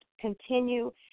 continue